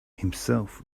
himself